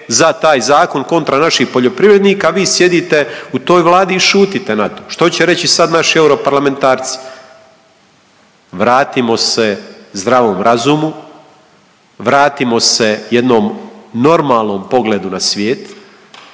za taj zakon kontra naših poljoprivrednika, a vi sjedite u toj Vladi i šutite na to. Što će reći sad naši europarlamentarci? Vratimo se zdravom razumu, vratimo se jednom normalnom pogledu na svijet,